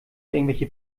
irgendwelche